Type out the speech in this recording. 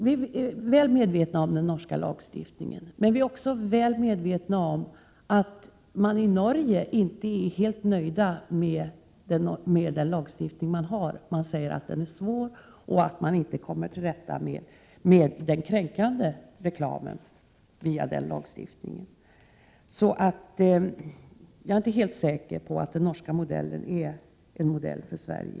Vi är väl medvetna om den norska lagstiftningen, men vi är också väl medvetna om att man i Norge inte är helt nöjd med sin lagstiftning. Man säger att den är svår och att man inte kommer till rätta med den kränkande reklamen via den lagstiftningen. Jag är inte helt säker på att den norska modellen i det här fallet är en modell för Sverige.